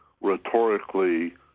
rhetorically